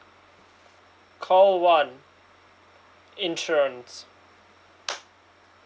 call one insurance